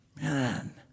Man